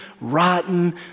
rotten